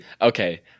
Okay